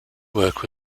work